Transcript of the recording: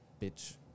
bitch